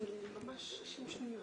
אני מתכבד להמשיך את הישיבה.